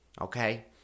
Okay